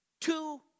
Two